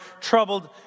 troubled